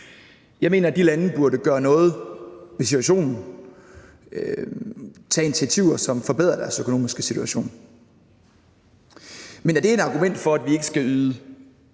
Jeg mener, at de lande burde gøre noget ved situationen, tage initiativer, som forbedrer deres økonomiske situation. Men er det et argument for, at vi ikke skal yde